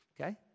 okay